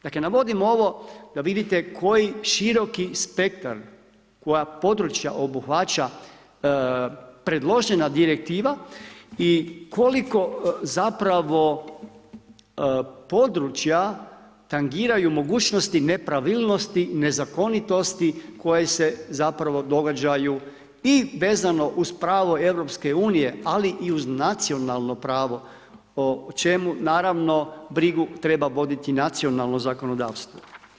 Dakle navodim ovo da vidite koji široki spektar, koja područja obuhvaća predložena direktiva i i koliko zapravo područja tangiraju mogućnosti, nepravilnosti, nezakonitosti koje se zapravo događaju i vezano uz pravo EU ali i uz nacionalno pravo o čemu naravno brigu treba voditi nacionalno zakonodavstvo.